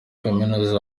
kaminuza